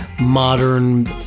modern